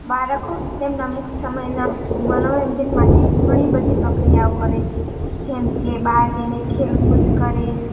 બાળકો તેમના મુક્ત સમયના મનોરંજન માટે ઘણી બધી પ્રક્રિયાઓ કરે છે જેમ કે બહાર જઈને ખેલકુદ કરે